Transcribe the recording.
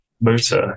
motor